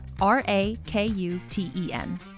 R-A-K-U-T-E-N